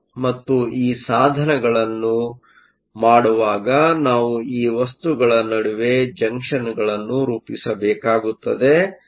ಮತ್ತು ಈ ಸಾಧನಗಳನ್ನು ಮಾಡುವಾಗ ನಾವು ಈ ವಸ್ತುಗಳ ನಡುವೆ ಜಂಕ್ಷನ್ಗಳನ್ನು ರೂಪಿಸಬೇಕಾಗುತ್ತದೆ